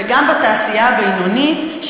וגם בתעשייה הבינונית,